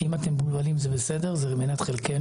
זה אחד מהגופים שהגישו עליהם את מספר התלונות הגבוה ביותר.